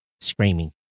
screaming